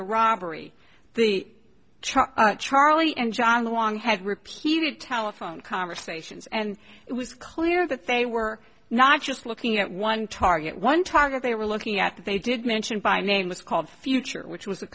the robbery the truck charlie and john long had repeated telephone conversations and it was clear that they were not just looking at one target one target they were looking at they did mention by name was called future which was a